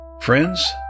Friends